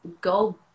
go